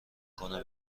کنه